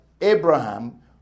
Abraham